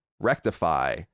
rectify